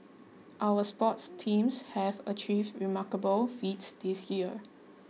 our sports teams have achieved remarkable feats this year